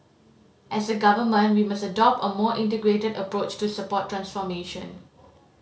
as a Government we must adopt a more integrated approach to support transformation